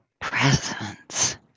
presence